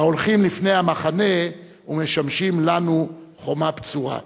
ההולכים לפני המחנה ומשמשים לנו חומה בצורה.